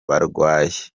barwaye